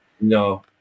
no